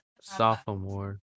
sophomore